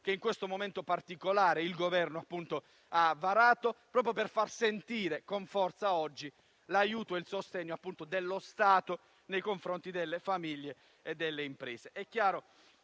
che in questo momento particolare il Governo ha varato, proprio per far sentire, con forza, l'aiuto e il sostegno dello Stato nei confronti delle famiglie e delle imprese.